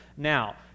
Now